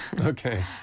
Okay